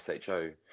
SHO